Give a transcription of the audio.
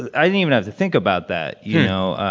i didn't even have to think about that. you know,